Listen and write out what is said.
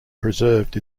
preserved